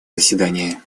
заседания